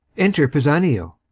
enter pisanio